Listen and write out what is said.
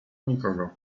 nikogo